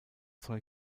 zwei